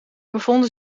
bevonden